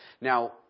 Now